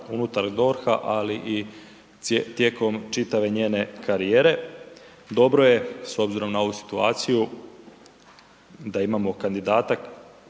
unutar DORH-a ali i tijekom čitave njene karijere. Dobro je s obzirom na ovu situaciju da imamo kandidata